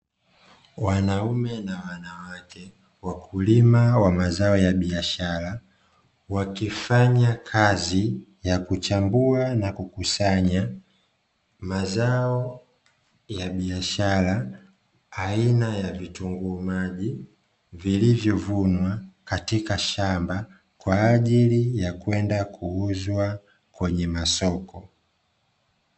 Wanaume na wanawake wakulima wa mazao ya biashara, wakifanya kazi ya kuchambua na kukusanya, mazao ya biashara aina ya vitunguu maji, vilivyovunwa katika shamba, kwa ajili ya kwenda kuuzwa kwenye masoko.